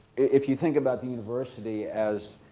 if you think about the university as,